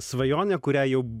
svajonę kurią jau